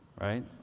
right